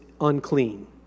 unclean